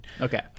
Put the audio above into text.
Okay